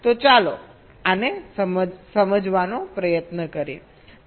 તો ચાલો આને સમજવાનો પ્રયત્ન કરીએ